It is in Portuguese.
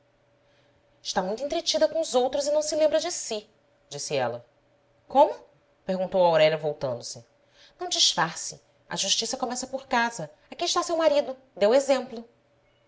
está muito entretida com os outros e não se lembra de si disse ela como perguntou aurélia voltando-se não disfarce a justiça começa por casa aqui está seu marido dê o exemplo